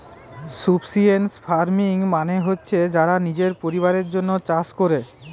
subsistence farming মানে হচ্ছে যারা নিজের পরিবারের জন্যে চাষ কোরে